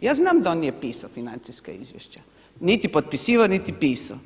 Ja znam da on nije pisao financijska izvješća, niti potpisivao, niti pisao,